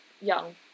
young